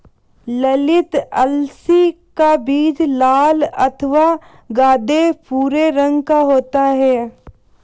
ललीत अलसी का बीज लाल अथवा गाढ़े भूरे रंग का होता है